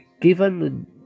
Given